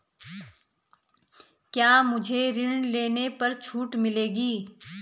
क्या मुझे ऋण लेने पर छूट मिलेगी?